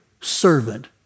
servant